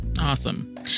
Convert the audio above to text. Awesome